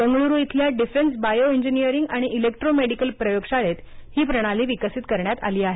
बंगळुरू इथल्या defence bio engineering आणि electro medical प्रयोगशाळेत ही प्रणाली विकसित करण्यात आली आहे